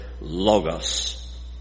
Logos